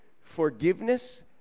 forgiveness